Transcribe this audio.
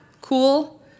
Cool